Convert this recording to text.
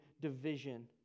division